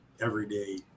everyday